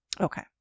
Okay